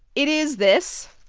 it is this